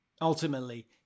Ultimately